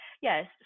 yes